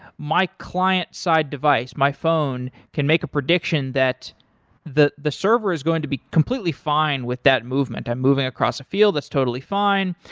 my client side device, my phone, can make a prediction the the server is going to be completely fine with that movement. i'm moving across field, that's totally fine.